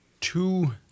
two